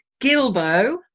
gilbo